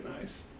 nice